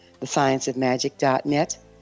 TheScienceOfMagic.net